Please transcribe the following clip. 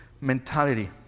mentality